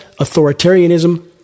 authoritarianism